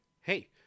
Hey